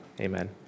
amen